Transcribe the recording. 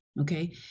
Okay